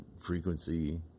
frequency